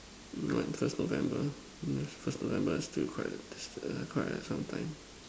no I'm just November no it's cause November is still quite err still quite a some time